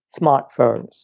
smartphones